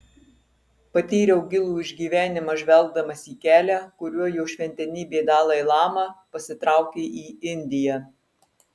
patyriau gilų išgyvenimą žvelgdamas į kelią kuriuo jo šventenybė dalai lama pasitraukė į indiją